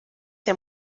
der